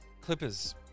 Clippers